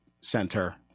center